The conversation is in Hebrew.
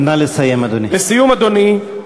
נא לסיים, אדוני.